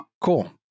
cool